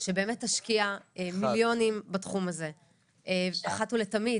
שבאמת תשקיע מיליונים בתחום אחת ולתמיד,